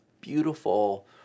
beautiful